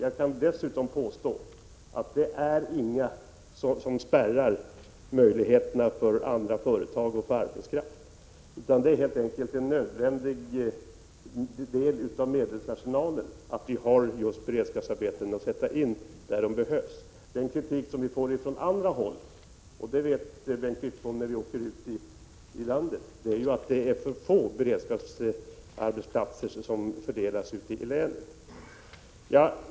Jag kan dessutom påstå att detta inte spärrar möjligheterna för andra företag att få arbetskraft. Det är helt enkelt en nödvändig del i medelsarsenalen att det finns beredskapsarbeten att sätta in där de behövs. Den kritik vi får från andra håll i landet, och det vet Bengt Wittbom, är att det finns för få beredskapsarbetsplatser att fördela ute i länen.